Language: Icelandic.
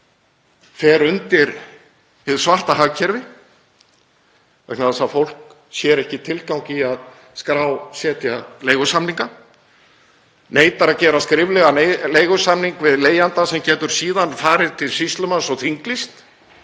fer undir hið svarta hagkerfi. Fólk sér ekki tilgang í að skrásetja leigusamninga, neitar að gera skriflegan leigusamning við leigjanda sem getur síðan farið til sýslumanns og þinglýst